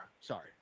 sorry